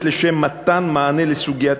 הצורך בחקיקה מיוחדת לשם מתן מענה לסוגיית